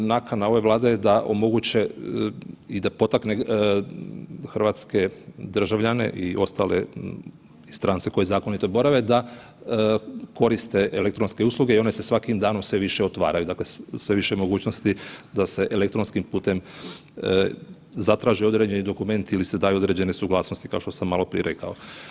Nakana ove Vlade da omoguće i da potakne hrvatske državljane i ostale strance koji zakonito borave da koriste elektronske usluge i one svakim danom sve više otvaraju, dakle sve je više mogućnosti da se elektronskim putem zatraži određeni dokument ili se daju određene suglasnosti kao što sam maloprije rekao.